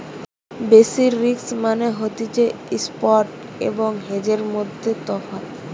basis risk মানে হতিছে spot এবং হেজের মধ্যে তফাৎ